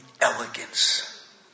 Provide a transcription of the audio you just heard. elegance